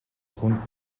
хүнд